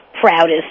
proudest